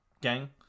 gang